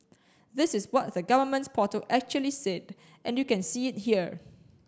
this is what the government portal actually said and you can see it here